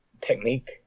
technique